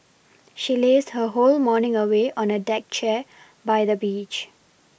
she lazed her whole morning away on a deck chair by the beach